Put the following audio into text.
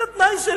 זה תנאי,